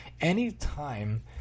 anytime